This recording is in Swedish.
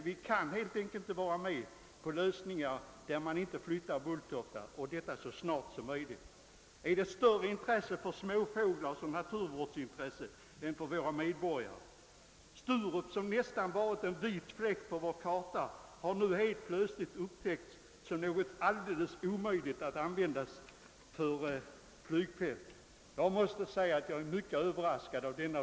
Vi kan helt enkelt inte vara med att man inte flyttar flygplatsen från Bulltofta och detta så snart som möjligt. Är intresset större för småfåglar och naturvården än för våra medborgare? Sturup, som nästan varit en vit fläck på vår karta, har helt plötsligt blivit ett oumbärligt naturvårdsområde och upptäckts som något alldeles omöjligt att använda för ett flygfält. Jag måste säga att jag är mycket överraskad av detta.